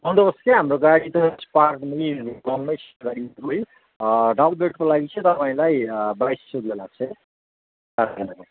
बन्दोबस्त त्यहीँ हाम्रो गाडी त डबल बेडको लागि चाहिँ तपाईँलाई बाइस सौ रुपियाँ लाग्छ चारजनाको